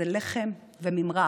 זה לחם וממרח,